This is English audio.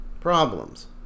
problems